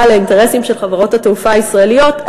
על האינטרסים של חברות התעופה הישראליות,